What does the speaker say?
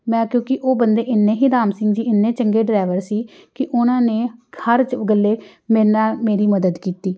ਮੈਂ ਕਿਉਂਕਿ ਉਹ ਬੰਦੇ ਇੰਨੇ ਹੀ ਰਾਮ ਸਿੰਘ ਜੀ ਇੰਨੇ ਚੰਗੇ ਡਰਾਈਵਰ ਸੀ ਕਿ ਉਹਨਾਂ ਨੇ ਹਰ ਗੱਲੇ ਮੇਰੇ ਨਾਲ ਮੇਰੀ ਮਦਦ ਕੀਤੀ